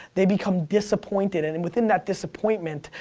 they become disappointed, and and within that disappointment,